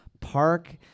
Park